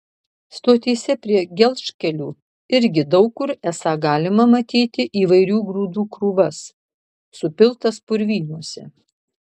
stotyse prie gelžkelių irgi daug kur esą galima matyti įvairių grūdų krūvas supiltas purvynuose